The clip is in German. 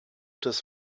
des